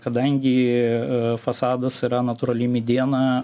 kadangi fasadas yra natūrali mediena